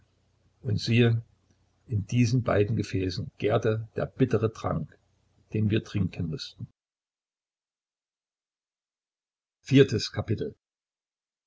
und siehe in diesen beiden gefäßen gärte der bittere trank den wir trinken mußten viertes kapitel